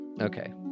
Okay